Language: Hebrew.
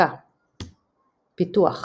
הפקה פיתוח